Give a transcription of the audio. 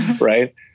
Right